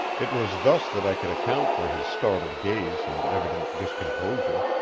it was thus that i could account for his startled gaze and evident discomposure.